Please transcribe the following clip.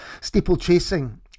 Steeplechasing